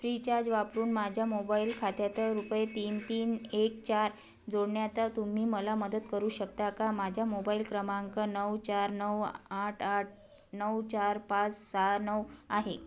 Freecharge वापरून माझ्या mobile खात्यात रुपये तीन तीन एक चार जोडण्यात तुम्ही मला मदत करू शकता का माझ्या मोबाईल क्रमांक नऊ चार नऊ आठ आठ नऊ चार पाच सहा नऊ आहे